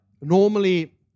normally